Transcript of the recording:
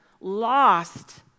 lost